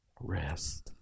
rest